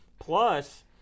Plus